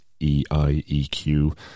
EIEQ